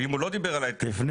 ואם הוא לא אמר את זה לגבי